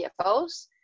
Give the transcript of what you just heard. CFOs